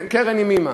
ימימה,